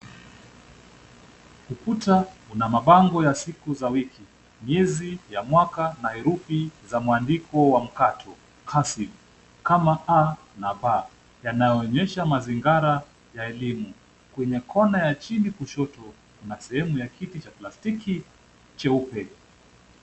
Ukuta una mabango ya siku za wiki, miezi ya mwaka na herufi za mwandiko wa mkatohasi kama A na B, yanayoonyesha mazingara ya elimu. Kwenye kona ya chini kushoto kuna sehemu ya kiti cha plastiki cheupe.